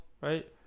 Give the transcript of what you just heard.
right